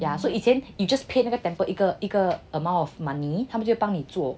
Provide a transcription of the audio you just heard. yeah so 以前 you just paid 那个 temple 一个一个 amount of money 他们就帮你做